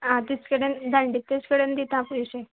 आं तिचें कडेन धाडून दिता तिचे कडेन दितां पयशे